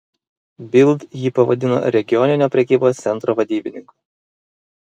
bild jį pavadino regioninio prekybos centro vadybininku